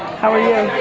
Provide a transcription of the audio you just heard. how are you?